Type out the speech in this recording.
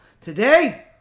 Today